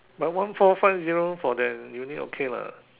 but one four five zero for that unit okay mah